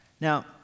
Now